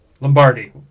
Lombardi